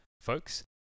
folks